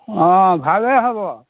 অঁ ভালেই হ'ব